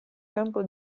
campo